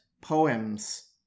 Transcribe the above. poems